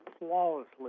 Flawlessly